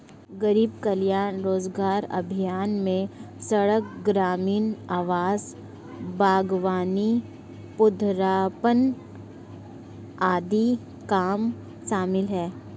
गरीब कल्याण रोजगार अभियान में सड़क, ग्रामीण आवास, बागवानी, पौधारोपण आदि काम शामिल है